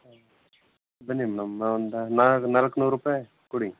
ಬನ್ನಿ ಮೇಡಮ್ ಒಂದು ನಾ ನಾಲ್ಕು ನೂರು ರೂಪಾಯಿ ಕೊಡಿ